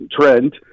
trend